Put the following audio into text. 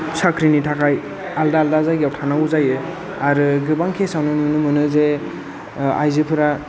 साख्रिनि थाखाय आलादा आलादा जायगायाव थानांगौ जायो आरो गोबां केसावनो नुनो मोनो जे आइजोफोरा